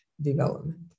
development